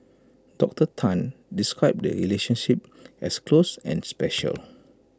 Doctor Tan described the relationship as close and special